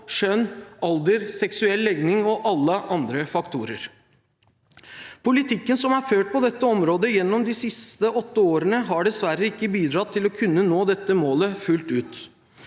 kjønn, alder, seksuell legning og alle andre faktorer. Politikken som er ført på dette området gjennom de siste åtte årene, har dessverre ikke bidratt til å kunne nå dette målet fullt ut.